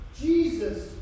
Jesus